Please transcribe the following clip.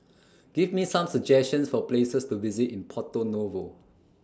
Give Me Some suggestions For Places to visit in Porto Novo